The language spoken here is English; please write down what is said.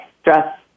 stress